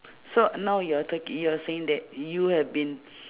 so now you're talking you're saying that you have been